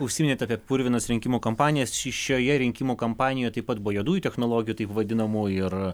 užsiminėt apie purvinas rinkimų kampanijas ši šioje rinkimų kampanijoje taip pat buvo juodųjų technologijų tai vadinamų ir